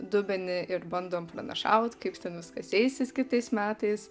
dubenį ir bandom pranašaut kaip ten viskas eisis kitais metais